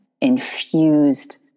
infused